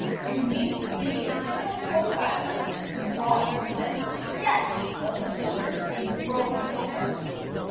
you needn't be a criminal profiler to drive a mental sketch of the killers who broke so many hearts.